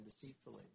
deceitfully